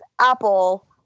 apple